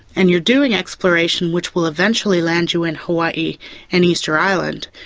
and you're doing exploration which will eventually land you in hawaii and easter island,